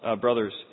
brothers